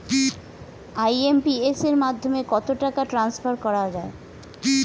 IMPS এর মাধ্যমে কত টাকা ট্রান্সফার করা যায়?